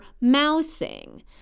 mousing